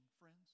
friends